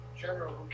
general